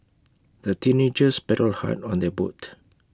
the teenagers paddled hard on their boat